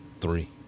Three